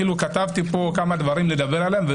ואפילו כתבתי כמה דברים לדבר עליהם,